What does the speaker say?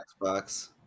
Xbox